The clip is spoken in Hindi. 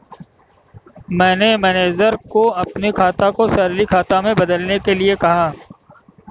मैंने मैनेजर से अपने खाता को सैलरी खाता में बदलने के लिए कहा